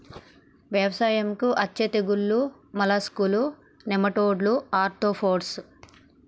వ్యవసాయంకు అచ్చే తెగుల్లు మోలస్కులు, నెమటోడ్లు, ఆర్తోపోడ్స్